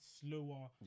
slower